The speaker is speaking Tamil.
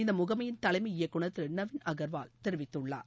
இந்த முகமையின் தலைமை இயக்குநர் திரு நவீன் அகர்வால் தெரிவித்துள்ளார்